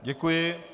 Děkuji.